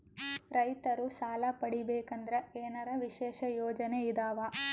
ರೈತರು ಸಾಲ ಪಡಿಬೇಕಂದರ ಏನರ ವಿಶೇಷ ಯೋಜನೆ ಇದಾವ?